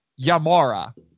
Yamara